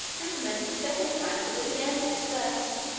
and commence a second banquet at the end of the first.